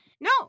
no